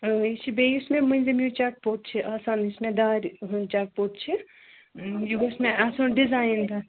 یہِ چھِ بیٚیہِ یُس مےٚ مٔنٛزِم ہیٛوٗ چَک پوٚٹ چھِ آسان یُس مےٚ دارِ ہُنٛد چَک پوٚٹ چھِ یہِ گوٚژھ مےٚ آسُن ڈِزایِن دار